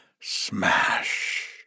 Smash